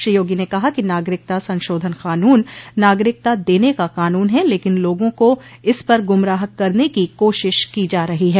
श्री योगी ने कहा कि नागरिकता संशोधन कानून नागरिकता देने का कानून है लेकिन लोगों को इस पर गुमराह करने की कोशिश की जा रही है